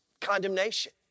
condemnation